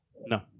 No